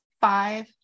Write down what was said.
five